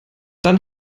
dann